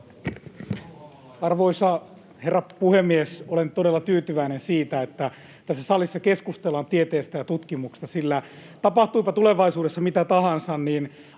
Arvoisa herra puhemies! Olen todella tyytyväinen siitä, että tässä salissa keskustellaan tieteestä ja tutkimuksesta, sillä tapahtuipa tulevaisuudessa mitä tahansa,